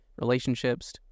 relationships